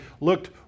looked